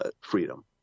freedom